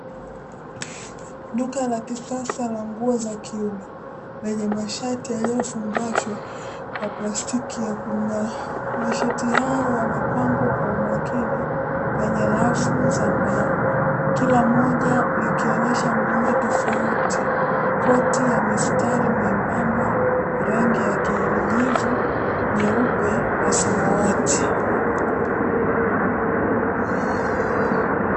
Duka la kisasa la nguo za kiume, lenye mashati yaliyofungashwa kwa plastiki ya kung'aa. Mashati hayo yamepangwa kwa umakini kwenye rafu za mbao, kila moja likionyesha muundo tofauti koti ya mistari myembemba, rangi ya kijivu, nyeupe, na samawati.